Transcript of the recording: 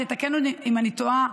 תתקן אותי אם אני טועה,